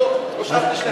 לא שאלתי שאלה נוספת,